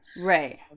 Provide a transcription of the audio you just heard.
Right